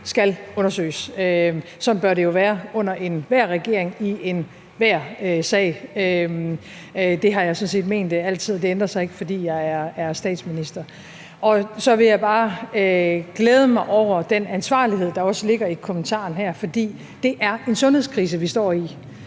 undersøges. Sådan bør det jo være under enhver regering i enhver sag. Det har jeg sådan set altid ment, og det ændrer sig ikke, fordi jeg er statsminister. Så vil jeg bare glæde mig over den ansvarlighed, der også ligger i kommentaren her, for det er en sundhedskrise, vi står i.